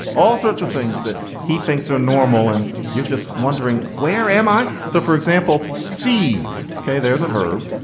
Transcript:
all sorts of things that he thinks are normal. and you're just wondering, where am i? so for example, seethe. hey, there's a verb.